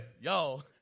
Yo